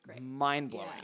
mind-blowing